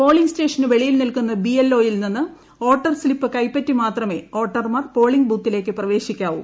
polling station വെളിയിൽ നിൽക്കുന്ന BLO യിൽ നിന്ന് വോട്ടർ സ്ലിപ്പ് കൈപ്പറ്റി മാത്രമേ വോട്ടർമാർ പോളിങ് ബൂത്തിലേക്ക് പ്രവേശിക്കാവൂ